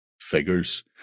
figures